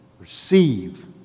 Receive